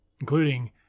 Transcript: including